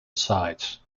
sides